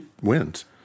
wins